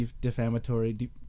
defamatory